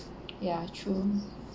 ya true